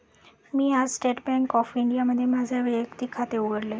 मी आज state bank of इंडियामध्ये माझे वैयक्तिक खाते उघडले